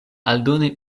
aldone